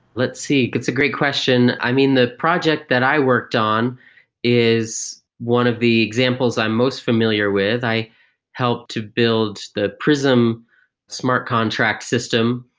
let's see. it's a great question. i mean, the project that i worked on is one of the examples i'm most familiar with. i helped to build the prism smart contract system,